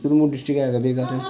Udhampur district ऐ गै बेकार ऐ